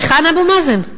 היכן אבו מאזן?